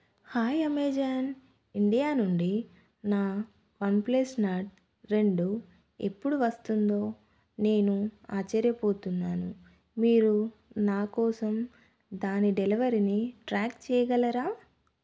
hi Amazon India నుండి నా OnePlus Nord రెండు ఎప్పుడు వస్తుందో నేను ఆశ్చర్యపోతున్నాను మీరు నా కోసం దాని డెలివరిని ట్రాక్ చేయగలరా